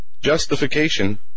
Justification